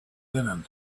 linen